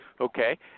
okay